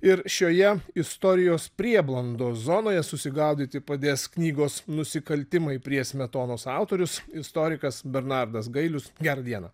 ir šioje istorijos prieblandos zonoje susigaudyti padės knygos nusikaltimai prie smetonos autorius istorikas bernardas gailius gerą dieną